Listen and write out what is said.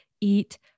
eat